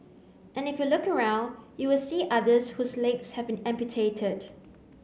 and if you look around you will see others whose legs have been amputated